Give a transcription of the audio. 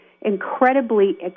incredibly